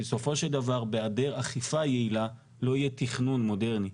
כי בסופו של דבר בהיעדר אכיפה יעילה לא יהיה תכנון מודרני.